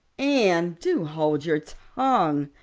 anne, do hold your tongue,